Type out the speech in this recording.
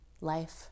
life